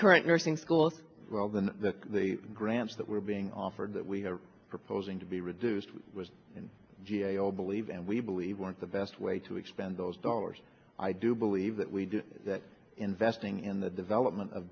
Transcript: current nursing schools roads and the grants that were being offered that we're proposing to be reduced in g a o believe and we believe we're the best way to expand those dollars i do believe that we do that investing in the development of